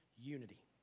unity